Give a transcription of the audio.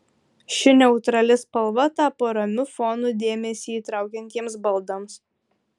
ši neutrali spalva tapo ramiu fonu dėmesį traukiantiems baldams